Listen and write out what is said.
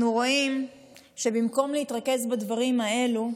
אנחנו רואים שבמקום להתרכז בדברים האלה,